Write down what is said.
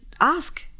ask